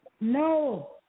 no